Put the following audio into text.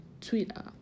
Twitter